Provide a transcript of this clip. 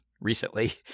recently